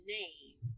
name